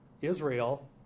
Israel